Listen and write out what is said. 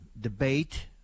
debate